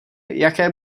jaké